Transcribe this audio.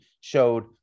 showed